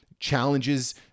challenges